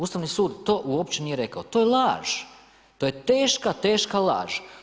Ustavni sud to uopće nije rekao, to je laž, to je teška, teška laž.